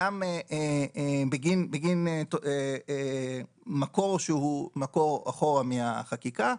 גם בגין מקור שהוא מקור אחורה מהחקיקה,